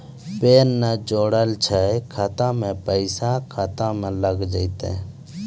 Pan ने जोड़लऽ छै खाता मे पैसा खाता मे लग जयतै?